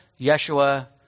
Yeshua